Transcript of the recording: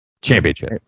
championship